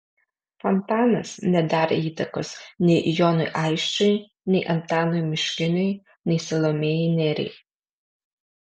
fontanas nedarė įtakos nei jonui aisčiui nei antanui miškiniui nei salomėjai nėriai